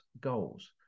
goals